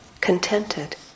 contented